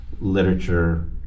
literature